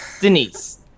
Denise